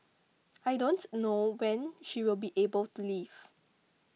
I don't know when she will be able to leave